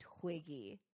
Twiggy